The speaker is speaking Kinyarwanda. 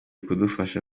kudufasha